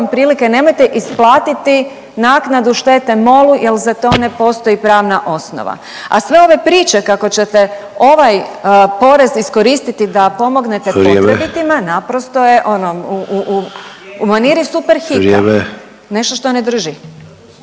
prilike, nemojte isplatiti naknadu štete MOL-u jer za to ne postoji pravna osnova, a sve ove priče kako ćete ovaj porez iskoristiti da pomognete potrebitima … …/Upadica Sanader: Vrijeme./… … naprosto je ono